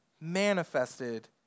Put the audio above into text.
manifested